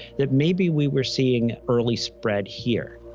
that maybe we were seeing early spread here.